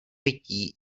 vytí